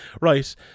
right